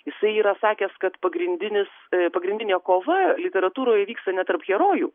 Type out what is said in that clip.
jisai yra sakęs kad pagrindinis pagrindinė kova literatūroj vyksta ne tarp herojų